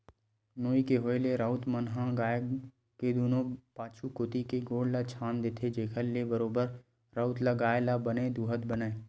नोई के होय ले राउत मन ह गाय के दूनों पाछू कोती के गोड़ ल छांद देथे, जेखर ले बरोबर राउत ल गाय ल बने दूहत बनय